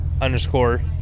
underscore